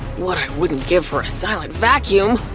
what i wouldn't give for a silent vacuum!